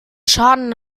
schaden